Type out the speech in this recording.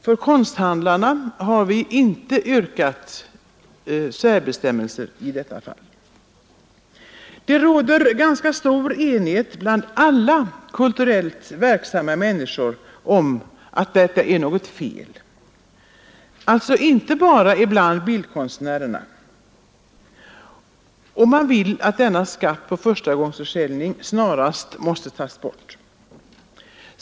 För konsthandlarna har vi inte yrkat särbestämmelser i detta fall. Det råder ganska stor enighet bland alla kulturellt verksamma människor — alltså inte bara bland bildkonstnärerna — om att skatt på förstagångsförsäljning är fel och man anser att den skatten snarast skall tas bort.